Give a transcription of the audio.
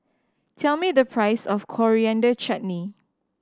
tell me the price of Coriander Chutney